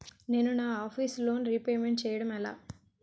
నేను నా office loan repayment చేయడం ఎలా?